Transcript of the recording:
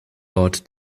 ort